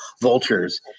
vultures